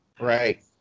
right